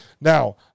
Now